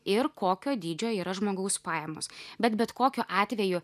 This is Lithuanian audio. ir kokio dydžio yra žmogaus pajamos bet bet kokiu atveju